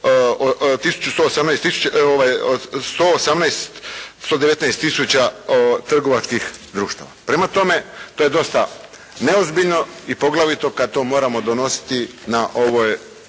118, 119 tisuća trgovačkih društava. Prema tome, to je dosta neozbiljno i poglavito kada to moramo donositi na ovoj